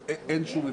אז אין שום הבדל.